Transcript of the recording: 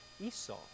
Esau